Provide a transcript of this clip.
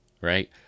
right